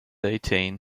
eighteen